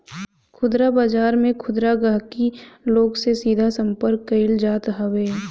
खुदरा बाजार में खुदरा गहकी लोग से सीधा संपर्क कईल जात हवे